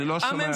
אני לא שומע.